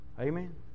Amen